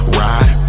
ride